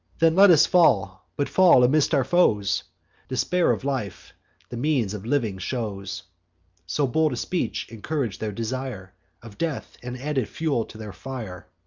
then let us fall, but fall amidst our foes despair of life the means of living shows so bold a speech incourag'd their desire of death, and added fuel to their fire.